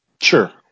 Sure